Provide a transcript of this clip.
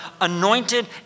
anointed